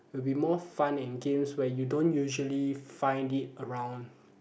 will be more fun and games where you don't usually find it around